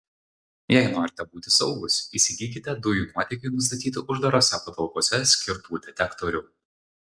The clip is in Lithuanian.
jei norite būti saugūs įsigykite dujų nuotėkiui nustatyti uždarose patalpose skirtų detektorių